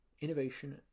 Innovation